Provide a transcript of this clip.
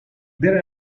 their